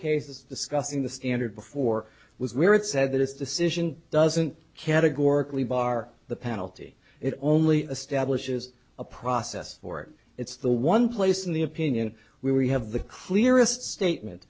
cases discussing the standard before was where it said that its decision doesn't categorically bar the penalty it only establishes a process for it it's the one place in the opinion we we have the clearest